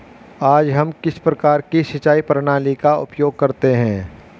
आज हम किस प्रकार की सिंचाई प्रणाली का उपयोग करते हैं?